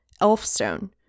Elfstone